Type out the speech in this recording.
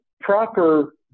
proper